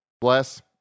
bless